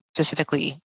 specifically